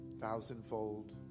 thousandfold